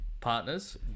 partners